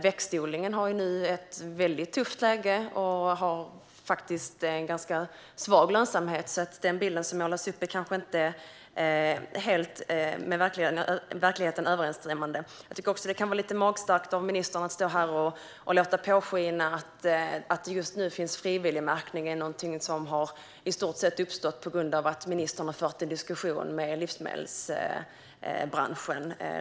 Växtodlingen har nu ett väldigt tufft läge och faktiskt en ganska svag lönsamhet, så den bild som målas upp är kanske inte helt med verkligheten överensstämmande. Jag tycker också att det kan vara lite magstarkt av ministern att stå här och låta påskina att det faktum att det just nu finns frivilligmärkning är någonting som i stort sett beror på att ministern har fört en diskussion med livsmedelsbranschen.